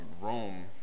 Rome